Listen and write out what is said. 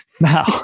Now